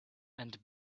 and